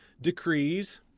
decrees